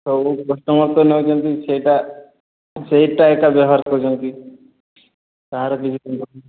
ସବୁ କଷ୍ଟମର୍ ତ ନେଉଛନ୍ତି ସେଇଟା ସେଇ ଟାଇପ୍ଟା ବ୍ୟବହାର କରୁଚନ୍ତି କାହାର କିଛି